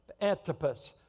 Antipas